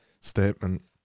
statement